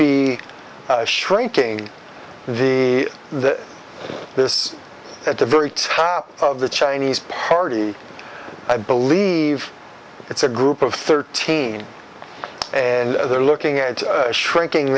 be shrinking the this at the very top of the chinese party i believe it's a group of thirteen and they're looking at shrinking